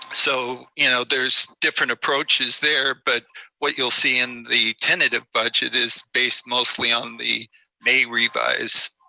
so you know there's different approaches there, but what you'll see in the tentative budget is based mostly on the may revise.